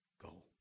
go